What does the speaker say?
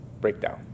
breakdown